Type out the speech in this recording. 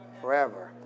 forever